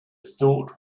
thought